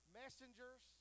messengers